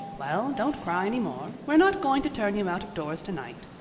well, don't cry any more. we're not going to turn you out-of-doors to-night.